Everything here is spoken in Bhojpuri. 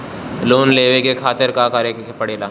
लोन लेवे के खातिर का करे के पड़ेला?